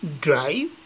drive